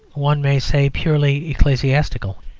one may say, purely ecclesiastical.